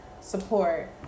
support